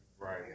Right